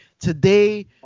today